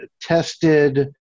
tested